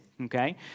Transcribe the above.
Okay